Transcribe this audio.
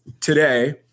today